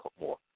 more